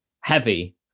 heavy